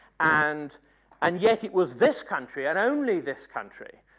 and and yet it was this country and only this country,